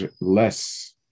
less